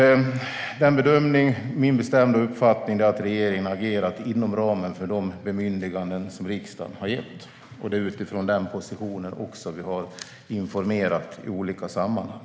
Min bestämda uppfattning är att regeringen har agerat inom ramen för de bemyndiganden som riksdagen gett, och det är utifrån den positionen vi har informerat i olika sammanhang.